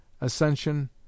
Ascension